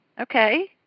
Okay